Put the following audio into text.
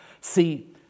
See